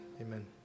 amen